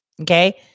okay